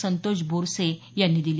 संतोष बोरसे यांनी दिली